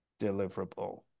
deliverable